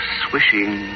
swishing